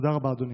תודה רבה, אדוני.